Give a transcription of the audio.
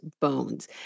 bones